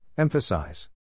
Emphasize